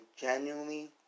genuinely